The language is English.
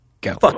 go